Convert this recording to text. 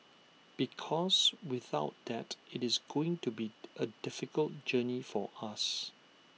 because without that IT is going to be A difficult journey for us